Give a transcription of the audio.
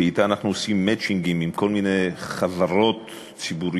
שאתה אנחנו עושים מצ'ינגים עם כל מיני חברות ציבוריות,